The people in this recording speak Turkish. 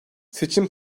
seçim